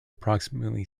approximately